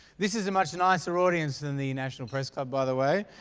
this is a much nicer audience than the national press club by the way.